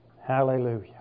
Hallelujah